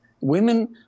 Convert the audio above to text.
Women